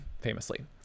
famously